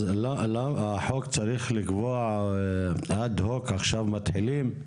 החוק צריך לקבוע אד הוק, עכשיו מתחילים?